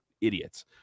idiots